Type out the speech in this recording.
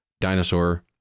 Dinosaur